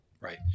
Right